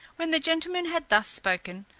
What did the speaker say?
when the gentleman had thus spoken,